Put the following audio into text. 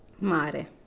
Mare